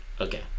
Okay